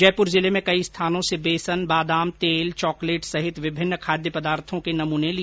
जयपुर जिले में कई स्थानों से बेसन बादाम तेल चॉकलेट सहित विभिन्न खाद्य पदार्थों के नमूने लिए